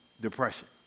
depression